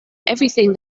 everything